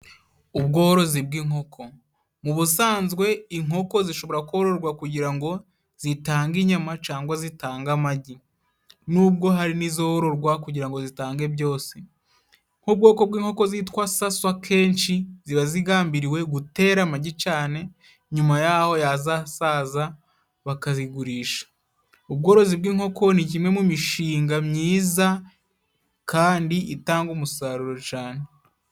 Ubworozi bw'inkoko. Mu busanzwe, inkoko zishobora kororwa kugira ngo zitange inyama cangwa zitange amagi. Nubwo hari n'izororwa kugira ngo zitange byose, nk'ubwoko bw'inkoko zitwa saswa kenshi ziba zigambiriwe gutera amagi cane nyuma y'aho yazasaza, bakazigurisha. Ubworozi bw'inkoko ni kimwe mu mishinga myiza kandi itanga umusaruro cane.